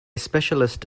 specialist